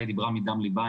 היא דיברה מדם ליבה.